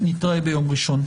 נתראה ביום ראשון.